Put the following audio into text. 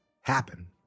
happen